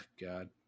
God